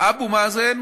אבו מאזן